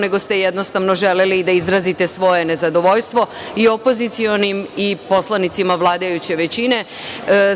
nego ste jednostavno želeli da izrazite svoje nezadovoljstvo i opozicionim i poslanicima vladajuće većine.